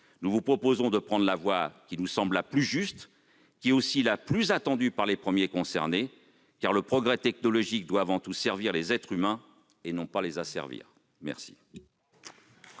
Nous vous proposons de prendre la voie la plus juste, qui est aussi la plus attendue par les premiers concernés, car le progrès technologique doit avant tout servir les êtres humains, et non les asservir. La